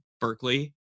berkeley